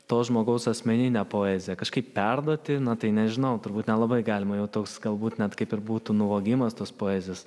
to žmogaus asmeninė poezija kažkaip perduoti na tai nežinau turbūt nelabai galima jau toks galbūt net kaip ir būtų nuvogimas tos poezijos